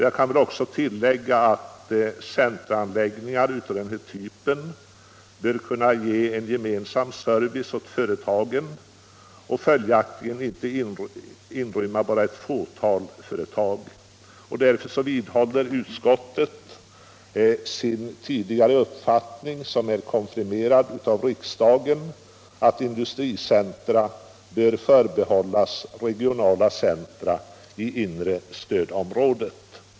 Jag kan också tillägga att centrumanläggningar av den här typen bör kunna ge en gemensam service åt företagen och följaktligen inte behöver inrymma bara ett fåtal företag. Därför vidhåller utskottsmajoriteten sin tidigare uppfattning, som är konfirmerad av riksdagen, att industricentra bör förbehållas regionala centra i inre stödområdet.